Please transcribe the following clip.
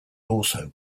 also